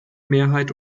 mehrheit